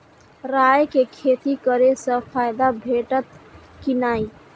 राय के खेती करे स फायदा भेटत की नै?